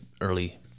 early